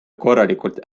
korralikult